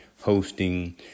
hosting